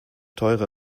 teure